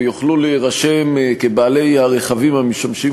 ויוכלו להירשם כבעלי הרכבים המשמשים